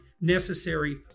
necessary